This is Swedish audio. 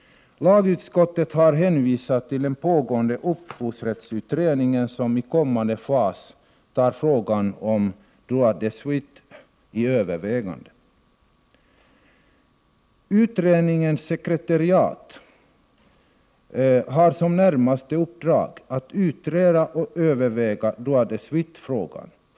Lagutskottet har hänvisat till den pågående upphovsrättsutredningen, som i en kommande fas tar frågan om droit de suite under övervägande. Utredningens sekretariat har som närmaste uppdrag att utreda och överväga droit de suite-frågan.